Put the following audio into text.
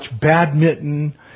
badminton